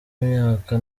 myaka